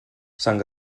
sant